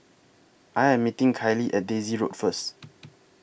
I Am meeting Kiley At Daisy Road First